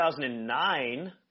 2009